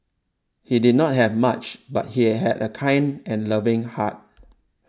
he did not have much but he had a kind and loving heart